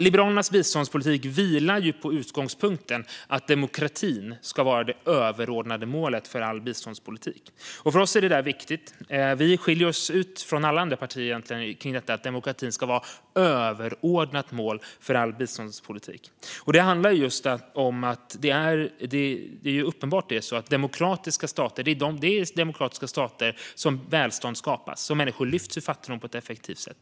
Liberalernas biståndspolitik vilar i utgångspunkten att demokrati ska vara det överordnade målet för all biståndspolitik. För oss är detta viktigt, och här skiljer vi ut oss från alla andra partier. Det är i demokratiska stater som välstånd skapas och som människor lyfts ur fattigdom på ett effektivt sätt.